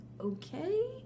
okay